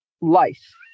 life